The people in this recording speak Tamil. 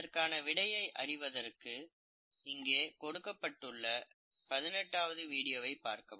இதற்கான விடையை அறிவதற்கு இங்கே கொடுக்கப்பட்டுள்ள பதினெட்டாவது வீடியோவை பார்க்கவும்